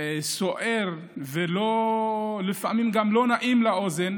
סוער ולפעמים גם לא נעים לאוזן,